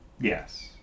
Yes